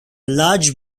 large